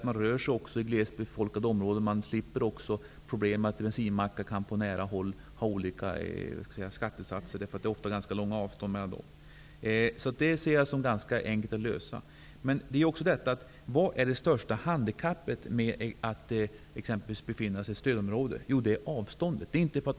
Man rör sig då i glest befolkade områden. Eftersom det ofta är ganska långt mellan bensinmackarna, slipper man problem med att dessa på nära håll tillämpar olika skattesatser. Jag ser det alltså som ganska enkelt att lösa sådana problem. Men frågan är också i vilket avseende man är mest handikappad i ett stödområde. Jo, det är avståndsmässigt.